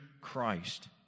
Christ